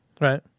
Right